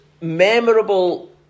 memorable